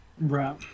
Right